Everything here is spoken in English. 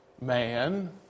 man